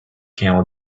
camel